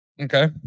Okay